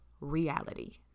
reality